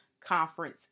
conference